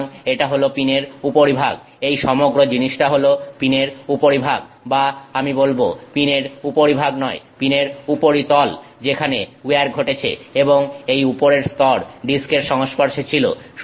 সুতরাং এটা হল পিনের উপরিভাগ এই সমগ্র জিনিসটা হল পিনের উপরিভাগ বা আমি বলব পিনের উপরিভাগ নয় পিনের উপরিতল যেখানে উইয়ার ঘটেছে এবং এই উপরের স্তর ডিস্কের সংস্পর্শে ছিল